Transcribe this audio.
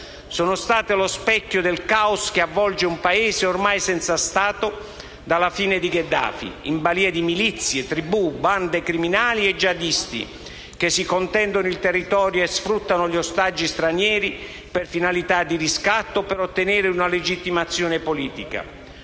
- è stata lo specchio del caos che avvolge un Paese ormai senza Stato dalla fine di Gheddafi, in balia di milizie, tribù, bande criminali e jihadisti, che si contendono il territorio e sfruttano gli ostaggi stranieri per finalità di riscatto o per ottenere una legittimazione politica.